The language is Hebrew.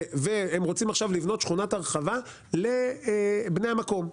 ורוצים לבנות שכונת הרחבה לבני המקום,